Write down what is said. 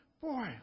boy